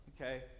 okay